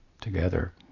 together